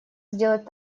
сделать